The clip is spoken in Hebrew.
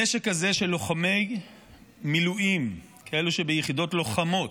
הנשק הזה של לוחמי מילואים, כאלו שביחידות לוחמות,